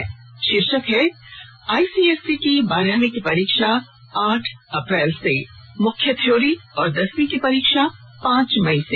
जिसका शीर्षक है आइसीएसई की बारहवीं की परीक्षा आठ अप्रैल से मुख्य थ्योरी और दसवीं की परीक्षा पांच मई से